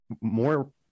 more